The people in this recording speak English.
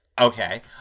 Okay